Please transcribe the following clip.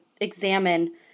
examine